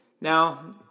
now